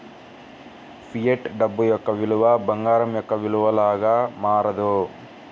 fiat డబ్బు యొక్క విలువ బంగారం యొక్క విలువ లాగా మారదు